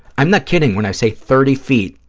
i'm not kidding when i say thirty feet,